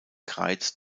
greiz